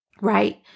right